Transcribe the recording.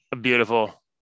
Beautiful